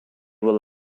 will